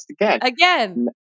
Again